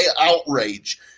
outrage